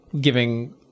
giving